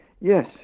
yes